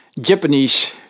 Japanese